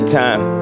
time